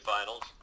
Finals